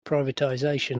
privatization